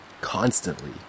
Constantly